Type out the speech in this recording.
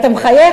אתה מחייך.